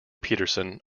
peterson